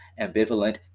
ambivalent